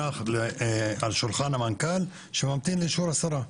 על שולחן המנכ"ל שממתין לאישור השרה,